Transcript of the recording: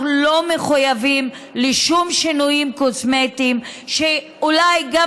אנחנו לא מחויבים לשום שינויים קוסמטיים שאולי גם